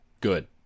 good